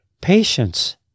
patience